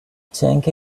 think